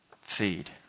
feed